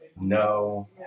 No